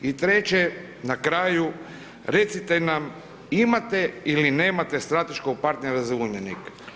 I treće, na kraju, recite nam, imate ili nemate strateškog partera za Uljanik.